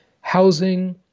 housing